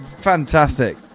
fantastic